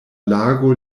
lago